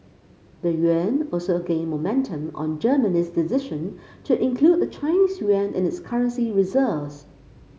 the yuan also gained momentum on Germany's decision to include the Chinese yuan in its currency reserves